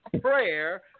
prayer